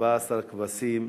14 כבשים,